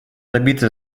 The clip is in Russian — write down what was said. добиться